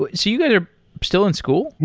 but so you guys are still in school?